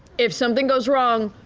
if something goes wrong,